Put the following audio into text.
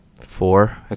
four